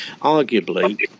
arguably